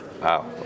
wow